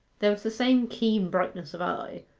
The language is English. there was the same keen brightness of eye,